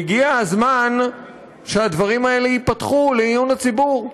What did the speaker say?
והגיע הזמן שהדברים האלה ייפתחו לעיון הציבור.